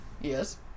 Yes